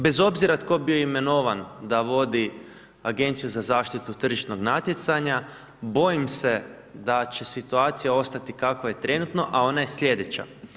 Bez obzira tko bio imenovan da vodi Agenciju za zaštitu tržišnog natjecanja bojim se da će situacija ostati kakva je trenutno, a ona je slijedeća.